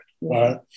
Right